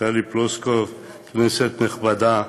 טלי פלוסקוב, כנסת נכבדה,